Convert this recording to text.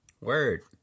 word